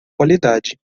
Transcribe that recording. qualidade